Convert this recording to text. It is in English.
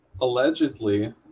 Allegedly